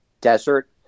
desert